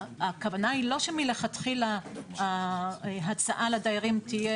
הכוונה היא לא שמלכתחילה ההצעה לדיירים תהיה